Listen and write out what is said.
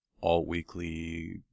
all-weekly